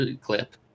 clip